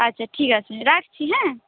আচ্ছা ঠিক আছে রাখছি হ্যাঁ